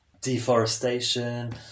Deforestation